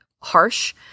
harsh